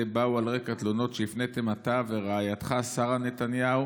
באו על רקע תלונות שהפניתם אתה ורעייתך שרה נתניהו